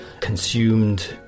consumed